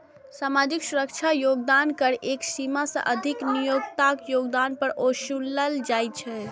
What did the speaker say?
सामाजिक सुरक्षा योगदान कर एक सीमा सं अधिक नियोक्ताक योगदान पर ओसूलल जाइ छै